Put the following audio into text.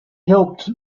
helped